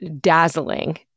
dazzling